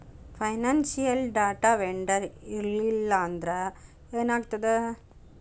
Financial data vendor ಇರ್ಲ್ಲಿಲ್ಲಾಂದ್ರ ಏನಾಗ್ತದ?